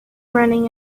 running